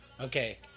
Okay